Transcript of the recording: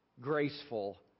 graceful